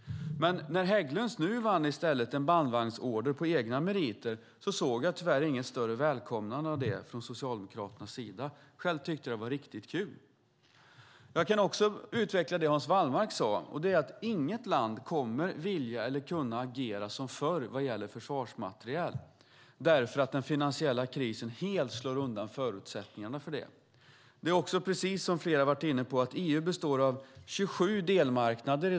När Hägglunds vann en bandvagnsorder på egna meriter såg jag tyvärr inget större välkomnande av det från Socialdemokraterna. Själv tyckte jag att det var riktigt kul. Jag kan också utveckla det Hans Wallmark sade. Inget land kommer att vilja eller kunna agera som förr vad gäller försvarsmateriel eftersom den finansiella krisen helt slår undan förutsättningarna för det. Precis som flera varit inne på består EU av 27 delmarknader.